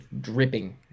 dripping